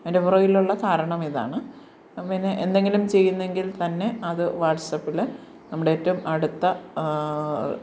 അതിൻ്റെ പുറകിലുള്ള കാരണമിതാണ് പിന്നെ എന്തെങ്കിലും ചെയ്യുന്നെങ്കിൽ തന്നെ അത് വാട്സ്പ്പിൽ നമ്മുടെ ഏറ്റോം അടുത്ത